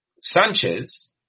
Sanchez